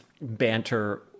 banter